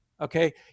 okay